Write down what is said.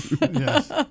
Yes